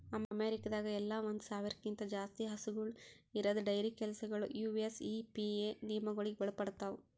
ಅಮೇರಿಕಾದಾಗ್ ಎಲ್ಲ ಒಂದ್ ಸಾವಿರ್ಕ್ಕಿಂತ ಜಾಸ್ತಿ ಹಸುಗೂಳ್ ಇರದ್ ಡೈರಿ ಕೆಲಸಗೊಳ್ ಯು.ಎಸ್.ಇ.ಪಿ.ಎ ನಿಯಮಗೊಳಿಗ್ ಒಳಪಡ್ತಾವ್